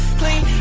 clean